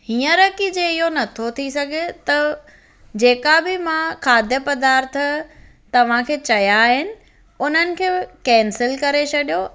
हींअर की जे इहो नथो थी सघे त जेका बि मां खाद्द पदार्थ तव्हांखे चया आहिनि उन्हनि खे कैंसिल करे छॾियो